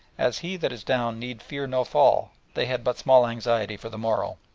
as he that is down need fear no fall, they had but small anxiety for the morrow.